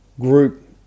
group